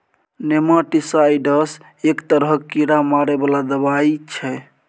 nematicides एक तरहक कीड़ा मारै बला दबाई छै